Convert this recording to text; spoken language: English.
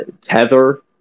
tether